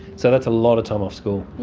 so that's a lot of time off school.